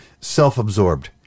self-absorbed